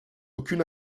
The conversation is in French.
aucune